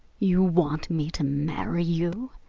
you want me to marry you?